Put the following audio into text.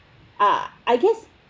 err I guess